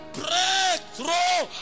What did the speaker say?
breakthrough